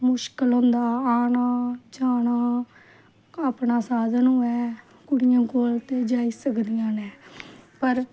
मुश्किल होंदा आना जाना अपना साधन होऐ कुड़ियेो कौल ते जाई सकदिआं न पर